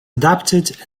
adapted